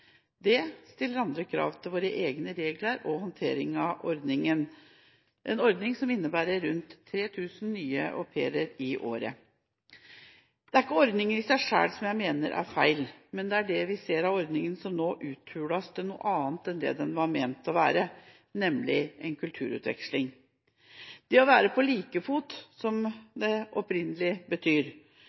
Det stiller andre krav til våre egne regler og til håndteringen av ordningen, en ordning som innebærer rundt 3 000 nye au pairer i året. Det er ikke ordningen i seg selv jeg mener er feil, men det vi ser, er at ordningen nå uthules til noe annet enn det den var ment å være, nemlig en kulturutveksling. Det å være på like fot, som det opprinnelig betyr,